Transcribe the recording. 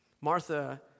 Martha